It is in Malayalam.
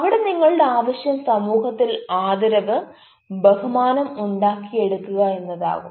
അവിടെ നിങ്ങളുടെ ആവശ്യം സമൂഹത്തിൽ ആദരവ് ബഹുമാനം ഉണ്ടാക്കിയെടുക്കുക എന്നതാകും